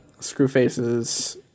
Screwface's